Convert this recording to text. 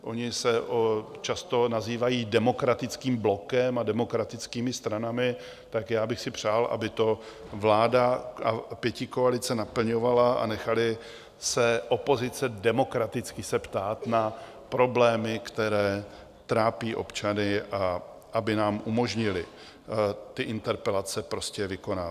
Oni se často nazývají demokratickým blokem a demokratickými stranami, tak bych si přál, aby to vláda a pětikoalice naplňovaly a nechaly opozici demokraticky se ptát na problémy, které trápí občany, a aby nám umožnily ty interpelace prostě vykonávat.